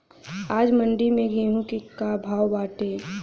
आज मंडी में गेहूँ के का भाव बाटे?